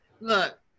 Look